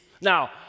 Now